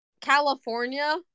California